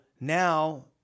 now